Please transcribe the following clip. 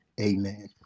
amen